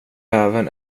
även